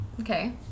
okay